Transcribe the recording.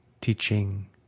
teaching